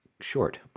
short